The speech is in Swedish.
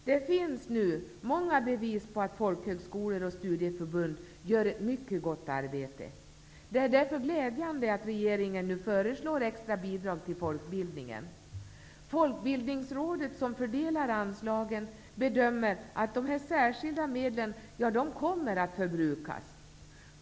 Det finns nu många bevis på att folkhögskolor och studieförbund gör ett mycket gott arbete. Därför är det glädjande att regeringen nu föreslår extra bidrag till folkbildningen. Folkbildningsrådet som fördelar anslagen bedömer att dessa särskilda medel kommer att förbrukas.